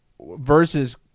versus